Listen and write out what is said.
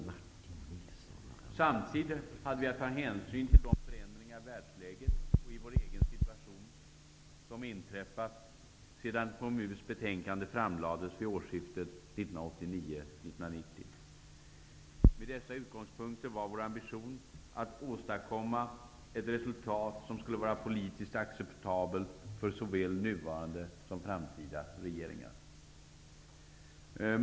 Samtidigt hade vi att ta hänsyn till de förändringar i världsläget och i vår egen situation som inträffat sedan KMU:s betänkande framlades vid årsskiftet 1989/1990. Med dessa utgångspunkter var vår ambition att åstadkomma ett resultat som skulle vara politiskt acceptabelt för såväl nuvarande som framtida regeringar.